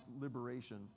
liberation